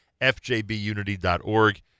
fjbunity.org